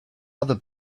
other